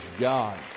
God